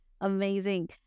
Amazing